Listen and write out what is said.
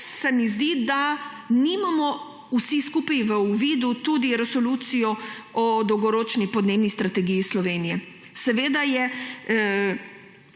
se mi zdi, da nimamo vsi skupaj v uvidu tudi resolucije o Dolgoročni podnebni strategiji Slovenije. Seveda je